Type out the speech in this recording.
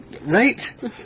right